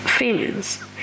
Feelings